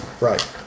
Right